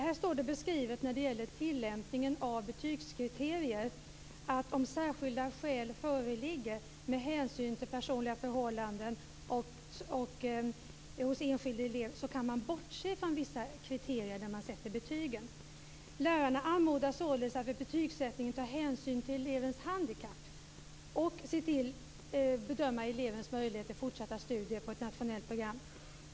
När det gäller tillämpningen av betygskriterierna beskrivs där att om särskilda skäl föreligger med hänsyn till personliga förhållanden hos enskild elev, så kan man bortse från vissa kriterier vid betygsättningen. Lärarna anmodas således att vid betygsättningen ta hänsyn till elevens handikapp och bedöma elevens möjligheter till fortsatta studier på ett nationellt program.